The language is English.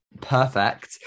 perfect